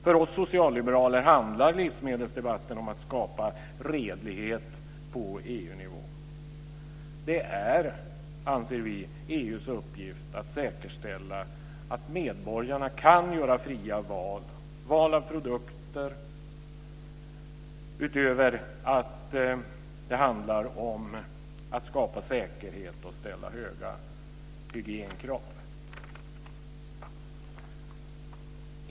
För oss socialliberaler handlar livsmedelsdebatten om att skapa redlighet på EU nivå. Det är, anser vi, EU:s uppgift att säkerställa att medborgarna kan göra fria val - val av produkter. Därutöver handlar det också om att skapa säkerhet och ställa höga hygienkrav.